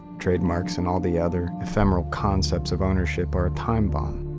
trademarks, and all the other ephemeral concepts of ownership are a time-bomb.